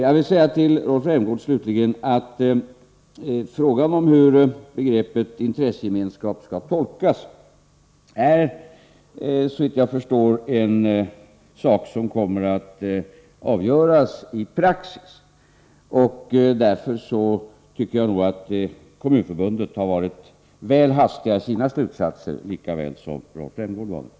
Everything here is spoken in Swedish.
Till Rolf Rämgård vill jag slutligen säga att frågan om hur begreppet intressegemenskap skall tolkas är, såvitt jag förstår, en sak som kommer att avgöras i praktiken. Därför tycker jag att Kommunförbundet dragit sina slutsatser väl hastigt lika väl som Rolf Rämgård har gjort det.